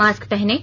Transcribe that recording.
mask पहनें